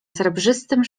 srebrzystym